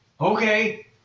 okay